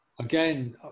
Again